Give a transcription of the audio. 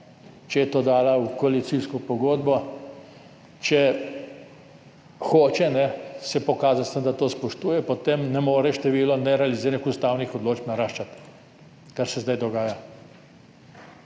če je to dala v koalicijsko pogodbo, če se hoče pokazati s tem, da to spoštuje, potem ne more naraščati število nerealiziranih ustavnih odločb, kar se zdaj dogaja.